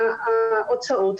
מההוצאות,